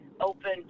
open